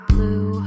Blue